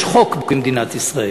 יש חוק במדינת ישראל.